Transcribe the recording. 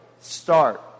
start